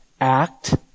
act